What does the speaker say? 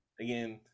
again